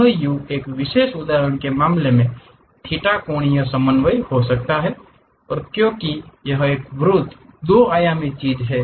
यह u एक विशेष उदाहरण के मामले में थीटा कोणीय समन्वय हो सकता है और क्योंकि यह एक वृत्त 2 आयामी चीज है